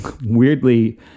weirdly